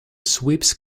sweeps